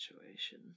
situation